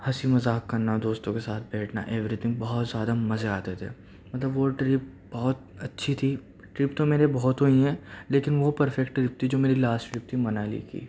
ہنسی مذاق کرنا دوستوں کے ساتھ بیٹھنا ایوری تھنگ بہت زیادہ مزے آتے تھے مطلب وہ ٹرپ بہت اچھی تھی ٹرپ تو میرے بہت ہوئی ہیں لیکن وہ پرفیکٹ ٹرپ تھی جو میری لاسٹ ٹرپ تھی منالی کی